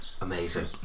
Amazing